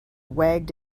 wagged